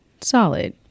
solid